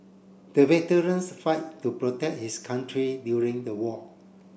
the veterans fight to protect his country during the war